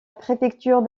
préfecture